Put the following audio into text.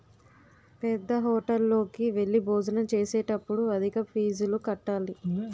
పేద్దహోటల్లోకి వెళ్లి భోజనం చేసేటప్పుడు అధిక ఫీజులు కట్టాలి